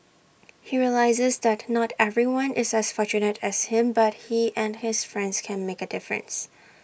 he realises that not everyone is as fortunate as him but he and his friends can make A difference